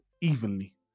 evenly